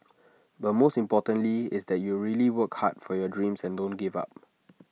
but most importantly is that you really work hard for your dreams and don't give up